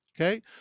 Okay